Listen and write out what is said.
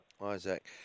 Isaac